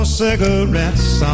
cigarettes